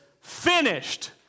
finished